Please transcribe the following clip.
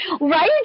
Right